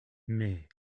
mais